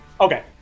Okay